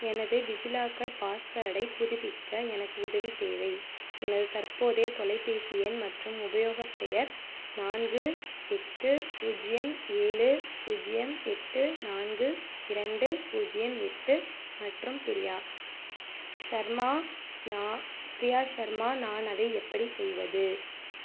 எனது டிஜிலாக்கர் பாஸ்வேர்டை புதுப்பிக்க எனக்கு உதவி தேவை எனது தற்போதைய தொலைப்பேசி எண் மற்றும் உபயோகப்பெயர் நான்கு எட்டு பூஜ்யம் ஏழு பூஜ்யம் எட்டு நான்கு இரண்டு பூஜ்யம் எட்டு மற்றும் பிரியா ஷ் ஷர்மா நான் ப்ரியா ஷர்மா நான் அதை எப்படி செய்வது